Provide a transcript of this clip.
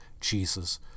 Jesus